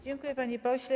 Dziękuję, panie pośle.